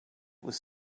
was